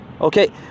okay